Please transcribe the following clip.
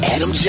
Adam